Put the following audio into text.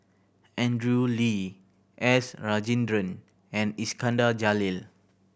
Andrew Lee S Rajendran and Iskandar Jalil